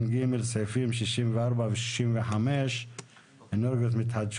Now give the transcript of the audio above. על אספקת חשמל לגוש דן הגענו לשלב